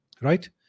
Right